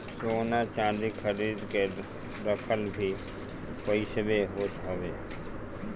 सोना चांदी खरीद के रखल भी पईसवे होत हवे